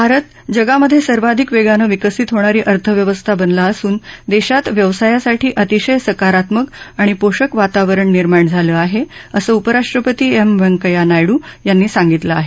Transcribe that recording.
भारत जगामध्ये सर्वाधिक वेगानं विकसित होणारी अर्थव्यवस्था बनला असून देशात व्यवसायांसाठी अतिशय सकारात्मक आणि पोषक वातावरण निर्माण झालं आहे असं उपराष्ट्रपती एम व्यंकय्या नायडू यांनी सांगितलं आहे